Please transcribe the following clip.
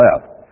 left